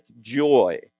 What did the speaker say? joy